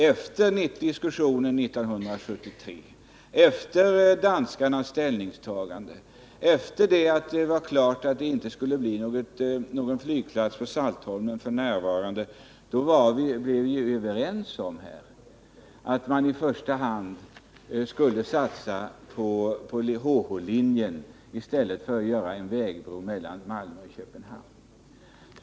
Efter diskussionen 1973, efter danskarnas ställningstagande, efter det att det var klart att det inte skulle bli någon flygplats på Saltholm f. n., blev vi överens om här att i första hand satsa på HH-linjen i stället för att göra en vägbro mellan Malmö och Köpenhamn.